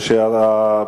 לשם שינוי,